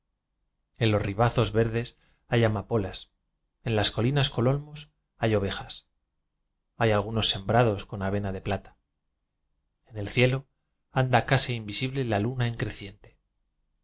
en los ribazos verdes hay ama polas en las colinas con olmos hay ovejas hay algunos sembrados con avenas de pla ta en el cielo anda casi invisible la luna en creciente